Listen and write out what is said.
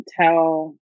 tell